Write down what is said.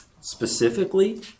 specifically